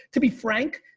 to be frank,